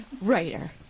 Writer